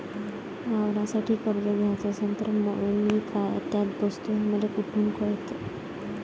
वावरासाठी कर्ज घ्याचं असन तर मी त्यात बसतो हे मले कुठ कळन?